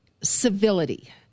civility